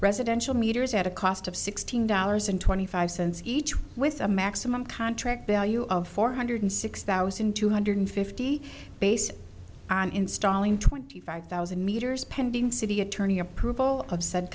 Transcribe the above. residential meters at a cost of sixteen dollars and twenty five cents each with a maximum contract value of four hundred six thousand two hundred fifty based on installing twenty five thousand meters pending city attorney approval of said